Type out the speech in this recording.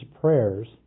prayers